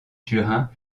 turin